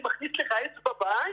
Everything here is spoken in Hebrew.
אני מכניס לך אצבע בעין?